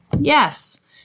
Yes